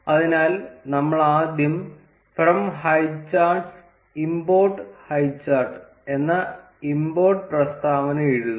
അതിനാൽ നമ്മൾ ആദ്യം 'ഫ്രം ഹൈചാർട്സ് ഇമ്പോർട്ട് ഹൈചാർട്ട്' എന്ന ഇമ്പോർട്ട് പ്രസ്താവന എഴുതും